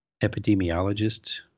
epidemiologist